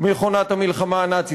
מכונת המלחמה הנאצית.